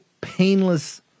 painless